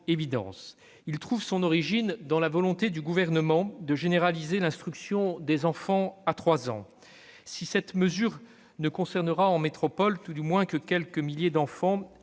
évidence. Il trouve son origine dans la volonté du Gouvernement de généraliser l'instruction des enfants dès l'âge de 3 ans. Si cette mesure ne concerne, en métropole, que quelques milliers d'enfants,